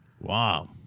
Wow